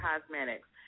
Cosmetics